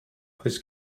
oes